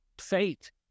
fate